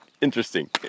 interesting